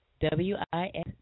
W-I-S